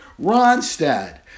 ronstadt